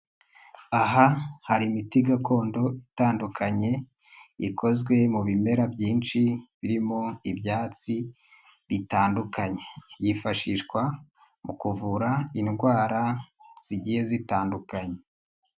Aha hari imiti gakondo itandukanye, ikozwe mu bimera byinshi birimo ibyatsi bitandukanye. Yifashishwa mu kuvura indwara zigiye zitandukanye.